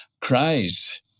cries